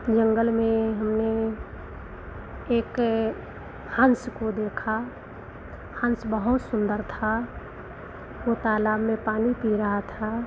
जंगल में हमने एक हंस को देखा हंस बहुत सुन्दर था वह तालाब में पानी पी रहा था